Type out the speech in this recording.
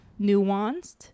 nuanced